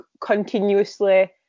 continuously